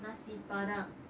nasi padang